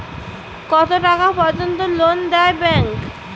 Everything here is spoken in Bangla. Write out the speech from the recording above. কত টাকা পর্যন্ত লোন দেয় ব্যাংক?